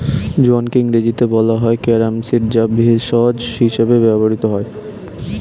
জোয়ানকে ইংরেজিতে বলা হয় ক্যারাম সিড যা ভেষজ হিসেবে ব্যবহৃত হয়